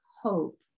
hope